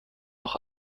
auch